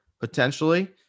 potentially